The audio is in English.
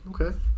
Okay